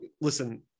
listen